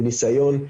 מניסיון,